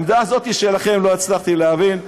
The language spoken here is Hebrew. אם אתם לא תומכים,